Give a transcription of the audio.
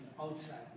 outside